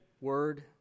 word